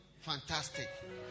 fantastic